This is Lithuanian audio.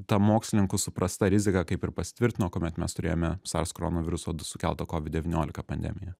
ta mokslininkų suprasta rizika kaip ir pasitvirtino kuomet mes turėjome sars koronaviruso sukeltą kovid devyniolika pandemiją